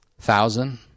Thousand